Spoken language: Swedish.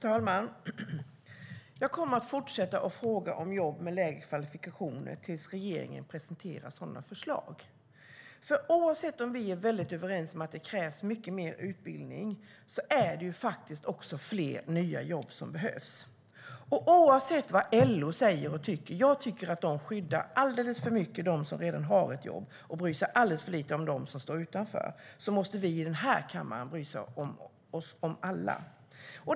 Herr talman! Jag kommer att fortsätta fråga om jobb med lägre kvalifikationer tills regeringen presenterar sådana förslag. Oavsett om vi är överens om att det krävs mycket mer utbildning är det också fler nya jobb som behövs. Jag tycker att LO skyddar dem som redan har ett jobb alldeles för mycket och bryr sig alldeles för lite om dem som står utanför. Oavsett vad LO säger och tycker måste vi i den här kammaren bry oss om alla.